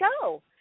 go